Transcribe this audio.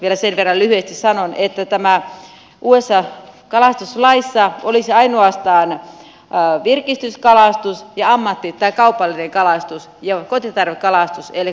vielä sen verran lyhyesti sanon että tässä uudessa kalastuslaissa olisi ainoastaan virkistyskalastus ja ammatti tai kaupallinen kalastus ja kotitarvekalastus ei ole kumpaakaan näistä